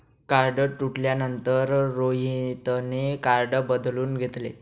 card तुटल्यानंतर रोहितने card बदलून घेतले